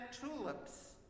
tulips